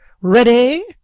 Ready